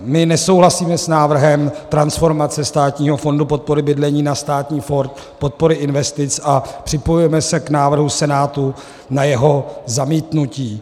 My nesouhlasíme s návrhem transformace Státního fondu rozvoje bydlení na Státní fond podpory investic a připojujeme se k návrhu Senátu na jeho zamítnutí.